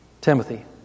Timothy